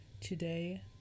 today